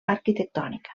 arquitectònica